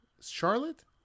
Charlotte